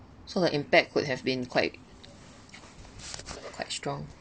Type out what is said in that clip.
so the impact could have been quite quite strong